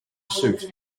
suit